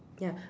ya